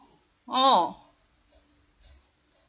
oh